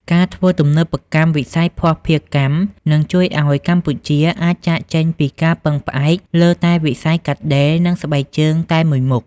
ការធ្វើទំនើបកម្មវិស័យភស្តុភារកម្ម នឹងជួយឱ្យកម្ពុជាអាចចាកចេញពីការពឹងផ្អែកលើតែវិស័យកាត់ដេរ និងស្បែកជើងតែមួយមុខ។